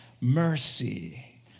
mercy